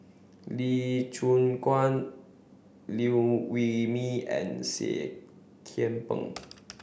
Lee Choon Guan Liew Wee Mee and Seah Kian Peng